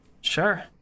Sure